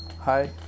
Hi